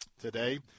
today